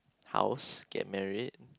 how's get married